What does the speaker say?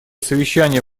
совещания